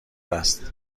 است